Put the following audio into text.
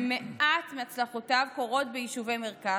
שמעט מהצלחותיו קורות ביישובי מרכז,